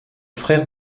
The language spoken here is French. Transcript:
frère